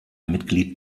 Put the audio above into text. mitglied